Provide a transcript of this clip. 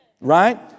Right